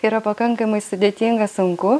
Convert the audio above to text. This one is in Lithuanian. yra pakankamai sudėtinga sunku